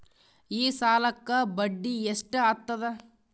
ಈ ಸಾಲಕ್ಕ ಬಡ್ಡಿ ಎಷ್ಟ ಹತ್ತದ?